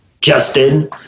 Justin